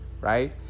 right